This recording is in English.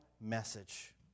message